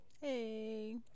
Hey